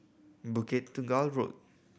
Bukit Tunggal Road